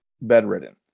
bedridden